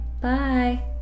Bye